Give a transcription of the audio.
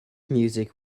music